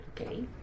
Okay